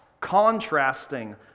contrasting